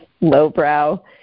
lowbrow